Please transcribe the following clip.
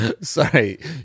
Sorry